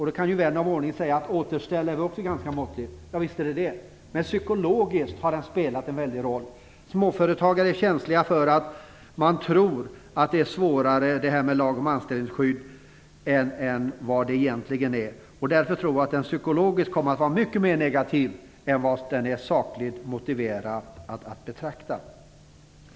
Då kan vän av ordning säga att återställningen då också är ganska måttlig. Visst är den det, men psykologiskt har justeringen spelat en väldig roll. Småföretagare tror att lagen om anställningsskydd är svårare än den egentligen är. Därför tror jag att ändringen psykologiskt kommer att vara mycket mer negativ än vad som är sakligt motiverat.